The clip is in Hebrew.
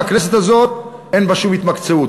והכנסת הזאת, אין בה שום התמקצעות.